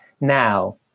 Now